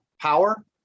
power